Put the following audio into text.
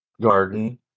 garden